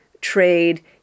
trade